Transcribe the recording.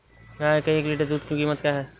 गाय के एक लीटर दूध की कीमत क्या है?